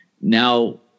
now